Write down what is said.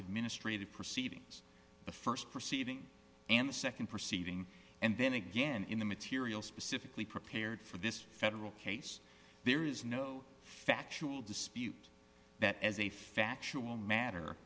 administrative proceedings the st proceeding and the nd perceiving and then again in the material specifically prepared for this federal case there is no factual dispute that as a factual ma